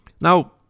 Now